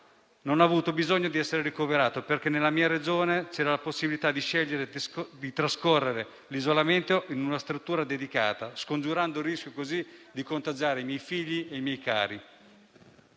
non ho avuto bisogno di essere ricoverato perché nella mia Regione c'era la possibilità di scegliere di trascorrere l'isolamento in una struttura dedicata, scongiurando così il rischio di contagiare i miei figli e i miei cari.